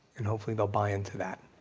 and hopefully they'll buy into that.